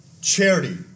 charity